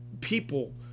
People